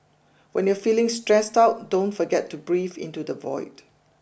when you are feeling stressed out don't forget to breathe into the void